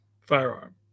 firearm